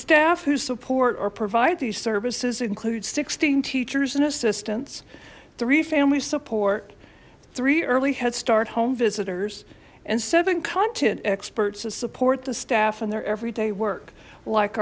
staff who support or provide these services includes sixteen teachers and assistants three families support three early headstart home visitors and seven content experts to support the staff and their everyday work like